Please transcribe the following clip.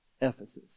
Ephesus